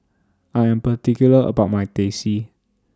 I Am particular about My Teh C